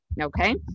okay